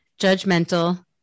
judgmental